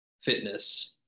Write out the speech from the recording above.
fitness